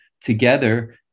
together